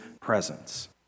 presence